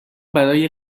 برای